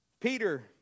Peter